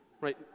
Right